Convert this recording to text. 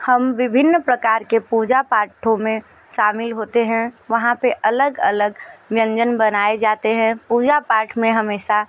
हम विभिन्न प्रकार के पूजा पाठों में शामिल होते हैं वहाँ पे अलग अलग व्यंजन बनाए जाते हैं पूजा पाठ में हमेशा